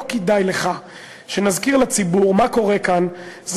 לא כדאי לך שנזכיר לציבור מה קורה כאן תמיד